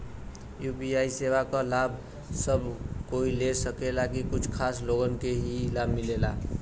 UPI सेवा क लाभ सब कोई ले सकेला की कुछ खास लोगन के ई लाभ मिलेला?